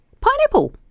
pineapple